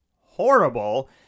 horrible